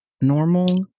normal